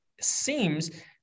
seems